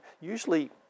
usually